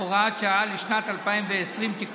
והוראת שעה לשנת 2020) (תיקון).